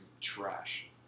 trash